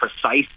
precise